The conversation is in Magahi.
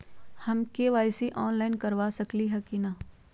हम के.वाई.सी ऑनलाइन करवा सकली ह कि न?